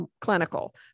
clinical